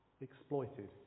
exploited